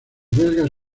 belgas